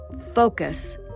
focus